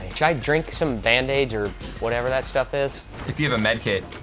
guy drink some band-aids or whatever that stuff is if you have a medkit